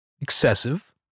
excessive